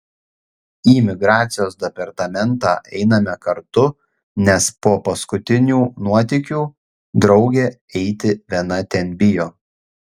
į migracijos departamentą einame kartu nes po paskutinių nuotykių draugė eiti viena ten bijo